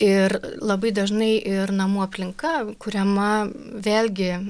ir labai dažnai ir namų aplinka kuriama vėlgi